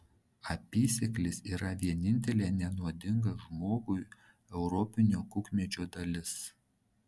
apysėklis yra vienintelė nenuodinga žmogui europinio kukmedžio dalis